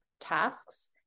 tasks